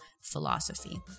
philosophy